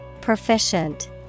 proficient